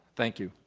thank you.